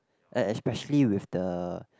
eh especially with the